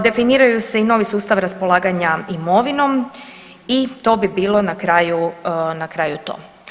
Definiraju se i novi sustav raspolaganja imovinom i to bi bilo na kraju to.